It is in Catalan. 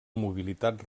mobilitat